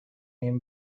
این